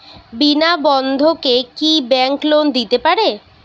বিনা বন্ধকে কি bank loan দিতে পারে?